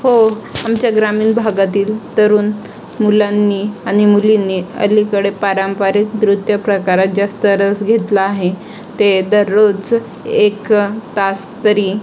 हो आमच्या ग्रामीणन भागातील तरुण मुलांनी आणि मुलींनी अलीकडे पारंपरिक नृत्य प्रकारात जास्त रस घेतला आहे ते दररोज एक तास तरी